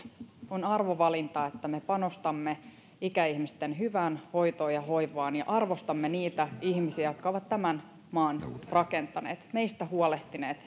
on arvovalinta että me panostamme ikäihmisten hyvään hoitoon ja hoivaan ja arvostamme niitä ihmisiä jotka ovat tämän maan rakentaneet meistä huolehtineet